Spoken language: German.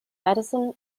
madison